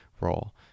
role